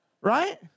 Right